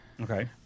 Okay